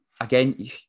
Again